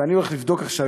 ואני הולך לבדוק עכשיו,